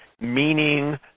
meaning